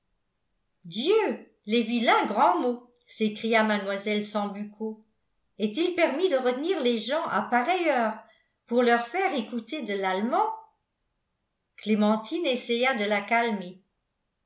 dieu les vilains grands mots s'écria mlle sambucco est-il permis de retenir les gens à pareille heure pour leur faire écouter de l'allemand clémentine essaya de la calmer